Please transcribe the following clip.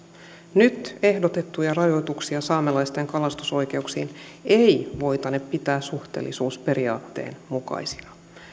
nyt ehdotettuja rajoituksia saamelaisten kalastusoikeuksiin ei voitane pitää suhteellisuusperiaatteen mukaisina